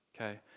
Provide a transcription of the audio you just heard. Okay